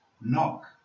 knock